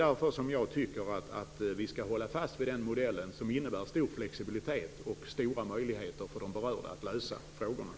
Därför tycker jag att vi skall hålla fast vid den modell som innebär stor flexibilitet och stora möjligheter för de berörda att lösa frågorna.